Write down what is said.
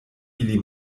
ili